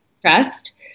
Trust